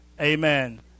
Amen